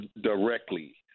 directly